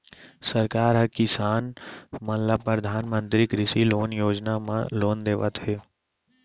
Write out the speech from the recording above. सरकार ह किसान मन ल परधानमंतरी कृषि लोन योजना म लोन देवत हे